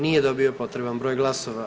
Nije dobio potreban broj glasova.